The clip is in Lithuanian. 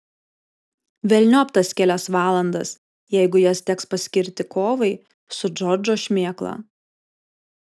velniop tas kelias valandas jeigu jas teks paskirti kovai su džordžo šmėkla